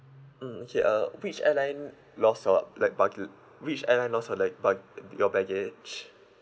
mm okay uh which airline lost your like bagga~ which airline lost your lug~ bag~ your baggage